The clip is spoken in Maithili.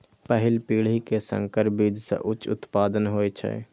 पहिल पीढ़ी के संकर बीज सं उच्च उत्पादन होइ छै